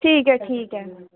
ठीक ऐ ठीक ऐ